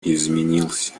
изменился